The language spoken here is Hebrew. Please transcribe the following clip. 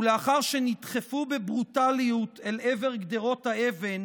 ולאחר שנדחפו בברוטליות אל עבר גדרות האבן